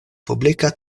publika